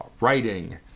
writing